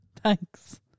Thanks